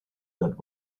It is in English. that